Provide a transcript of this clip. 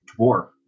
dwarf